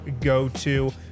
go-to